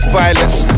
violence